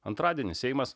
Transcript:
antradienį seimas